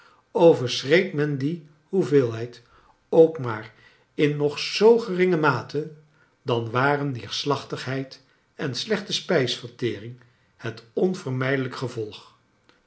overschreed mea die hoeveelheid ook maar ia aog zoo geringe mate dan waren neerslachtigheid en slechte spijsvertering het oavermijdelijke gevolg